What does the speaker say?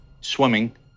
swimming